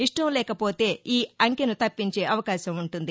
ఇష్టం లేకపోతే ఈ అంచెను తప్పించే అవకాశం ఉంటుంది